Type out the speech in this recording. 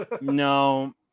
No